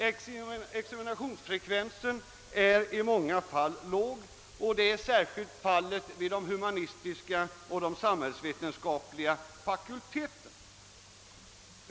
Examinationsfrekvensen är i många fall låg, särskilt vid de humanistiska och samhällsvetenskapliga fakulteterna.